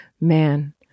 Man